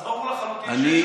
אז ברור לחלוטין שיש הדבקות.